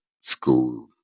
school